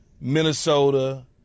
Minnesota